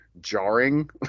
jarring